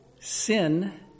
sin